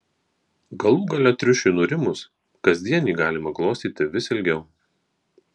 galų gale triušiui nurimus kasdien jį galima glostyti vis ilgiau